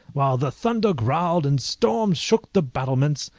while the thunder growled, and storms shook the battlements,